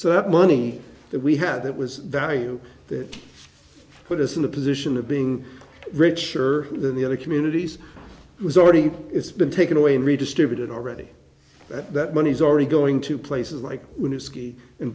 so that money that we had that was value that put us in the position of being richer than the other communities was already it's been taken away and redistributed already and that money is already going to places like when you ski in